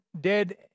dead